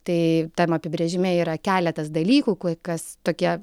tai tam apibrėžime yra keletas dalykų kol kas tokie